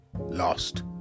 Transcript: lost